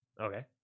okay